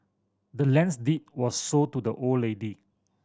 the land's deed was sold to the old lady